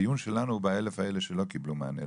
הדיון שלנו הוא ב-1,000 האלה שלא קיבלו מענה,